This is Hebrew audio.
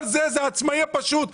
כל זה, זה העצמאי הפשוט .